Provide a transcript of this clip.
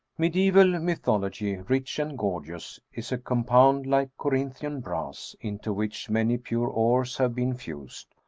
mediaeval mythology, rich and gorgeous is a com pound like corinthian brass, into which many pure ores have been fused,